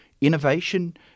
Innovation